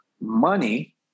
money